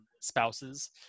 spouses